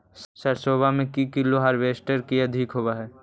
सरसोबा मे की कैलो हारबेसटर की अधिक होब है?